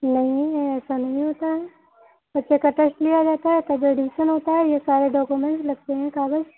नहीं ऐसा नहीं होता है बच्चे का टेस्ट लिया जाता है तब एडमिशन होता है ये सारे डॉक्युमेंट्स लगते हैं कागज